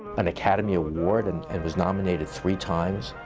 an academy award and and was nominated three times.